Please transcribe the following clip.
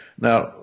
now